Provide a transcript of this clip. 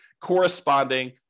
corresponding